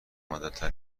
مودبتر